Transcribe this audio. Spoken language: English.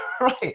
right